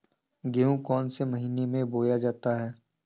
गेहूँ कौन से महीने में बोया जाता है?